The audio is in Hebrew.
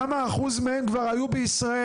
כמה אחוז מהם כבר היו בישראל,